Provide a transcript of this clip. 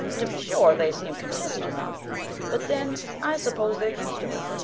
to be sure, they seem contented enough but then, i suppose, they're used to it.